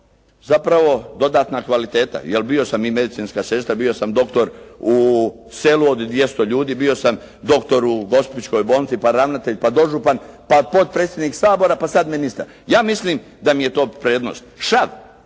zapravo dodatna kvaliteta, jer bio sam i medicinska sestra, bio sam doktor u selu od 200 ljudi, bio sam doktor u gospićkoj bolnici, pa ravnatelj, pa dožupan, pa potpredsjednik Sabora, pa sad ministar. Ja mislim da mi je to prednost. Šav